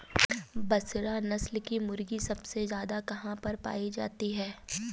बसरा नस्ल की मुर्गी सबसे ज्यादा कहाँ पर पाई जाती है?